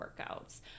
workouts